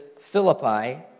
Philippi